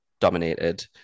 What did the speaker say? dominated